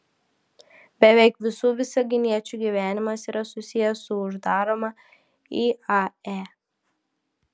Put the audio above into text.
beveik visų visaginiečių gyvenimas yra susijęs su uždaroma iae